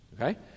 Okay